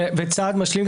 וצעד משלים,